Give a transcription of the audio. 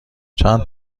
چند